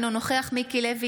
אינו נוכח מיקי לוי,